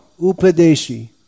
Upadeshi